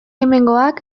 hemengoak